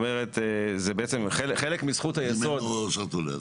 אם אין לו אשרת עולה,